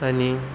आनी